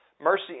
Mercy